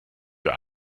für